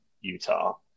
Utah